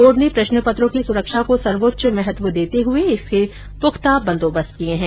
board ने प्रश्नपत्रों की सुरक्षा को सर्वोच्च महत्व देते हुए इसके पुख्ता बंदोबस्त किए है